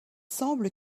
semble